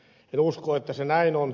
en usko että näin on